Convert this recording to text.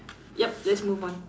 yup let's move on